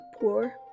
poor